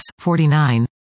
49